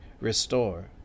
restore